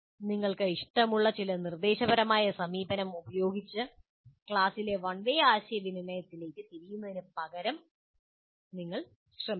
നിങ്ങൾക്ക് ഇഷ്ടമുള്ള ചില നിർദ്ദേശപരമായ സമീപനം ഉപയോഗിച്ച് ക്ലാസിലെ വൺവേ ആശയവിനിമയത്തിലേക്ക് തിരിയുന്നതിനുപകരം നിങ്ങൾ ശ്രമിക്കണം